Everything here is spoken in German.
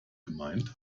gemeint